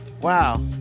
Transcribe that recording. wow